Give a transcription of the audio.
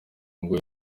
ngo